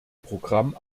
programm